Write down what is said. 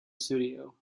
studio